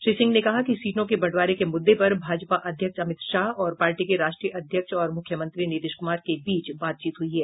श्री सिंह ने कहा कि सीटों के बंटवारे के मुद्दे पर भाजपा अध्यक्ष अमित शाह और पार्टी के राष्ट्रीय अध्यक्ष और मुख्यमंत्री नीतीश कुमार के बीच बातचीत हुई है